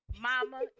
Mama